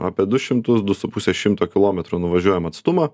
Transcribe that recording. apie du šimtus du su puse šimto kilometrų nuvažiuojamą atstumą